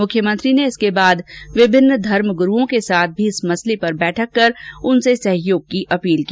मुख्यमंत्री ने इसके बाद विभिन्न धर्मग्रूओं के साथ भी इस मसले पर बैठक कर उनसे सहयोग की अपील की